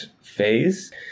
Phase